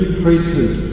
priesthood